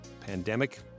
pandemic